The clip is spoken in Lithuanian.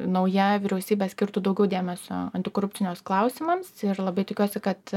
nauja vyriausybė skirtų daugiau dėmesio antikorupciniams klausimams ir labai tikiuosi kad